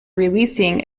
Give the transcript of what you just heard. releasing